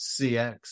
CX